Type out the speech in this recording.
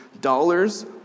dollars